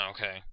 okay